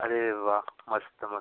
अरे वा मस्त मस्त